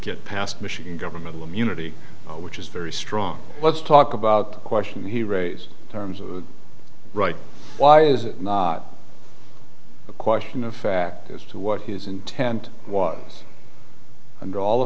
get past michigan governmental immunity which is very strong let's talk about a question he raise terms of right why is it not a question of fact as to what his intent was under all the